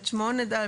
כן.